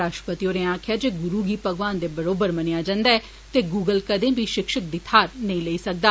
राष्ट्रपति होरें आक्खेआ जे गुरु गी भगवान दे बरोबर मनेआ जन्दा ऐ ते गुगल कदें बी शिक्षग दी थाहर नेई लेई सकदा